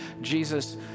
Jesus